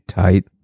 tight